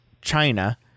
China